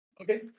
okay